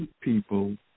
people